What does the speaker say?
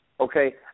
okay